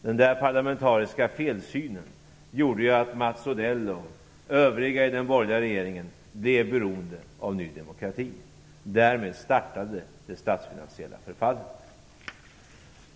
Den parlamentariska felsynen gjorde att Mats Odell och övriga i den borgerliga regeringen blev beroende av Ny demokrati. Därmed startade det statsfinansiella förfallet.